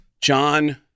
John